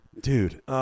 dude